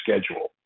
schedule